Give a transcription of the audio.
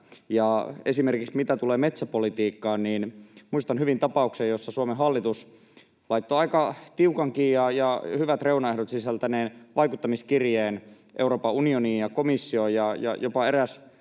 Esimerkiksi mitä tulee metsäpolitiikkaan, niin muistan hyvin tapauksen, jossa Suomen hallitus laittoi aika tiukankin ja hyvät reunaehdot sisältäneen vaikuttamiskirjeen Euroopan unioniin ja komissioon. Jopa eräs